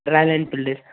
Royal Enfield